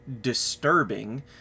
disturbing